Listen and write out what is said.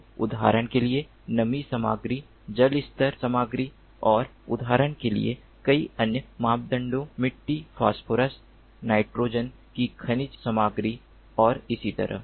तो उदाहरण के लिए नमी सामग्री जल स्तर सामग्री और उदाहरण के लिए कई अन्य मापदंडों मिट्टी फास्फोरस नाइट्रोजन की खनिज सामग्री और इसी तरह